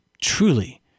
truly